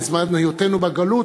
בזמן היותנו בגלות,